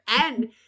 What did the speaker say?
And-